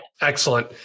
Excellent